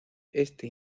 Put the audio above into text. este